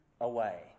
away